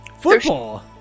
Football